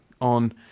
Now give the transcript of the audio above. on